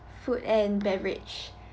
food and beverage